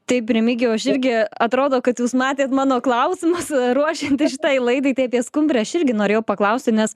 taip remigijau aš irgi atrodo kad jūs matėt mano klausimus ruošiantis šitai laidai tai apie skumbrę aš irgi norėjau paklausti nes